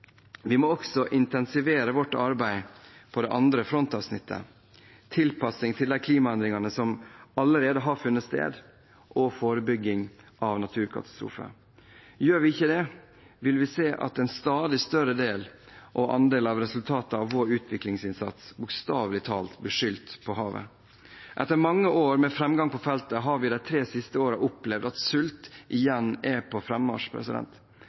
Vi må også intensivere vårt arbeid på det andre frontavsnittet – tilpasning til de klimaendringene som allerede har funnet sted, og forebygging av naturkatastrofer. Gjør vi ikke det, vil vi se at en stadig større andel av resultatene av vår utviklingsinnsats bokstavelig talt blir skylt på havet. Etter mange år med framgang på feltet, har vi de tre siste årene opplevd at sult igjen er på